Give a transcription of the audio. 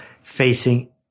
facing